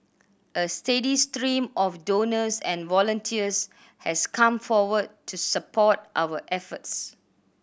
a steady stream of donors and volunteers has come forward to support our efforts